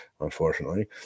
unfortunately